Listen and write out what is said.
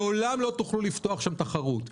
לעולם לא תוכלו לפתוח שם תחרות.